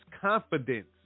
confidence